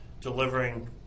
delivering